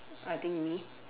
I think me